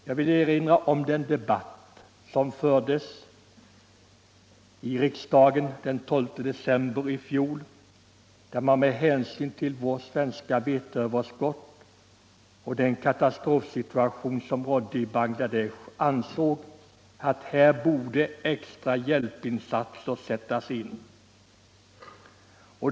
Jag vill erinra om den debatt som fördes i riksdagen den 12 december i fjol. Med hänsyn till vårt svenska veteöverskott och den katastrofsituation som rådde i Bangladesh ansåg man att extra hjälpinsatser borde sättas in där.